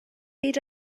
byd